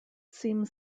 seems